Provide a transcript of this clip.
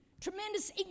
Tremendous